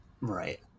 Right